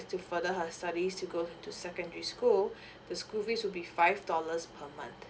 to further her studies to go into secondary school the school fees will be five dollars per month